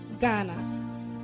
Ghana